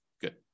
Good